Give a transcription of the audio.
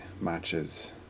matches